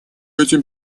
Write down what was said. этим